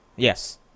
Yes